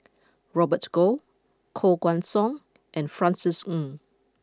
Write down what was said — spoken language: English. Robert Goh Koh Guan Song and Francis Ng